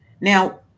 Now